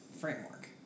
framework